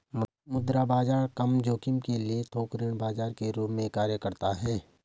मुद्रा बाजार कम जोखिम के लिए थोक ऋण बाजार के रूप में कार्य करता हैं